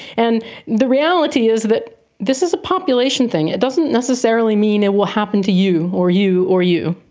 and the reality is that this is a population thing. it doesn't necessarily mean it will happen to you or you or you.